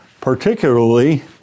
particularly